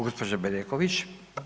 Gospođa Bedeković.